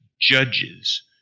judges